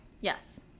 Yes